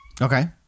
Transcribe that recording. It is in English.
Okay